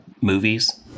movies